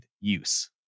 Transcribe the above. use